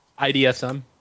IDSM